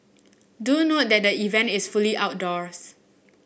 do note that the event is fully outdoors